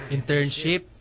Internship